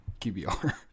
QBR